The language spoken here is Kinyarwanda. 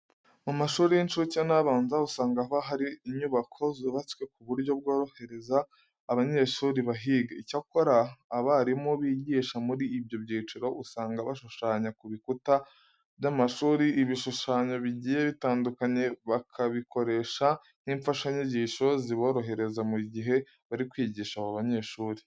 Mu mashuri y'incuke n'abanza usanga haba hari inyubako zubatswe ku buryo bworohereza abanyeshuri bahiga. Icyakora, abarimu bigisha muri ibi byiciro usanga bashushanya ku bikuta by'amashuri ibishushanyo bigiye bitandukanye bakabikoresha nk'imfashanyigisho ziborohereza mu gihe bari kwigisha aba banyeshuri.